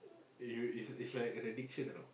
you is is like an addiction you know